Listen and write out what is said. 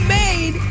made